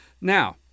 Now